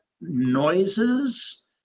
noises